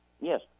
Yes